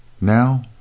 Now